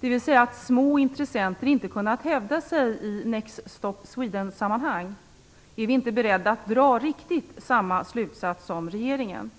dvs. att små intressenter inte kunnat hävda sig i Next-Stop Sweden-sammanhang, är vi inte beredda att dra riktigt samma slutsats som regeringen.